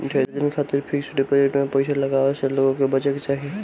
ढेर दिन खातिर फिक्स डिपाजिट में पईसा लगावे से लोग के बचे के चाही